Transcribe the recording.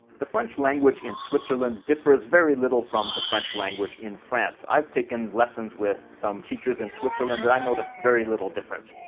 the french language in switzerland differs very little from the french language in france. i've taken lessons with some teachers in switzerland, and i noticed very little difference.